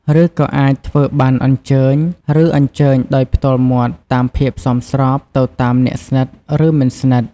ឬក៏អាចធ្វើប័ណ្ណអញ្ជើញ ឬអញ្ជើញដោយផ្ទាល់មាត់ តាមភាពសមស្រប ទៅតាមអ្នកស្និត ឬមិនស្និត។